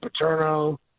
Paterno